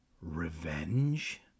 revenge